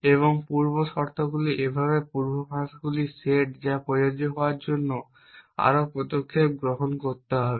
এবং পূর্ব শর্তগুলি এইভাবে পূর্বাভাসগুলির সেট যা প্রযোজ্য হওয়ার জন্য আরও পদক্ষেপ গ্রহণ করতে হবে